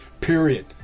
Period